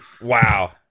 wow